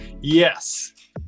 Yes